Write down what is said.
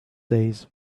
days